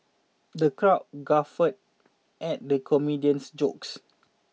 the crowd guffawed at the comedian's jokes